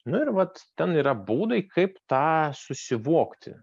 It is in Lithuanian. nu ir vat ten yra būdai kaip tą susivokti